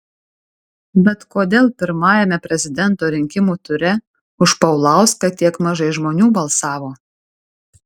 bet kodėl pirmajame prezidento rinkimų ture už paulauską tiek mažai žmonių balsavo